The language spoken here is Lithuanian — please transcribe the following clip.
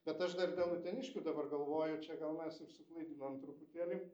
bet aš dar dėl uteniškių dabar galvoju čia gal mes ir suklaidinom truputėlį